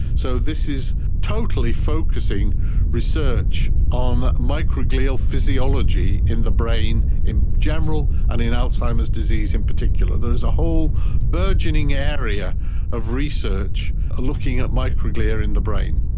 so this is totally focusing research on microglial physiology in the brain in general and in alzheimer's disease in particular. there is a whole burgeoning area of research looking at microglia in the brain.